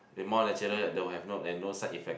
if more natural don't have and no side effect